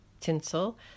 tinsel